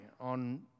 on